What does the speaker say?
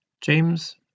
James